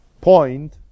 point